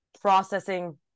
processing